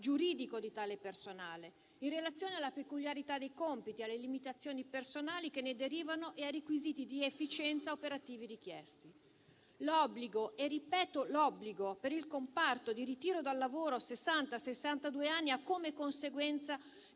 giuridico di tale personale in relazione alla peculiarità dei compiti, alle limitazioni personali che ne derivano e ai requisiti di efficienza operativi richiesti. L'obbligo - ripeto, l'obbligo - per il comparto di ritiro dal lavoro a sessanta-sessantadue anni ha come conseguenza